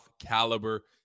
caliber